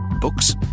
Books